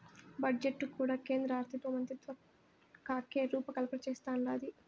budget కూడా కేంద్ర ఆర్థికమంత్రిత్వకాకే రూపకల్పన చేస్తందాది